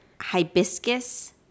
hibiscus